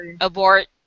abort